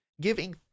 giving